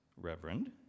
Reverend